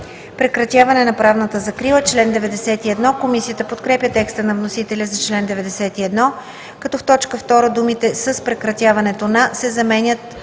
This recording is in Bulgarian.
–Прекратяване на правната закрила“. Комисията подкрепя текста на вносителя за чл. 91, като в т. 2 думите „с прекратяването на“ се заменят